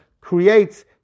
creates